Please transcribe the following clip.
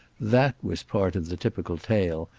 that was part of the typical tale,